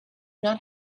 not